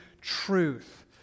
truth